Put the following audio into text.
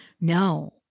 No